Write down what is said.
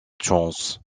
chance